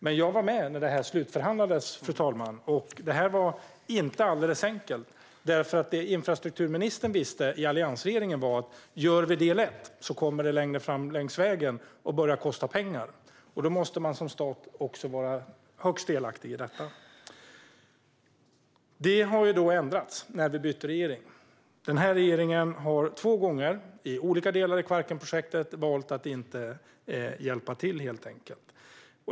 Men jag var med när projektet slutförhandlades, och det var inte alldeles enkelt. Det infrastrukturministern visste i alliansregeringen var att om del ett genomförs kommer det längre fram längs vägen att kosta pengar. Då måste staten vara högst delaktig. Detta ändrades när regeringen byttes. Den här regeringen har två gånger, i olika delar i Kvarkenprojektet, valt att inte hjälpa till.